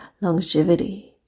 longevity